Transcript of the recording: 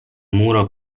muro